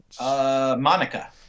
Monica